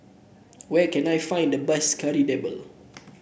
where can I find the best Kari Debal